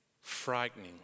frightening